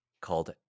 called